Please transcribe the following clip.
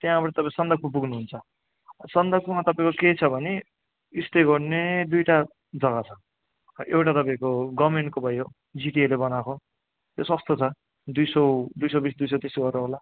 त्यहाँबाट तपाईँ सन्दकपू पुग्नु हुन्छ सन्दकपूमा तपाईँको के छ भने स्टे गर्ने दुइटा जग्गा छ एउटा तपाईँको गर्मेन्टको भयो जिटिएले बनाएको त्यो सस्तो छ दुई सय दुई सय बिस दुई सय तिस गरेर होला